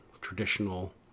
traditional